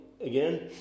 again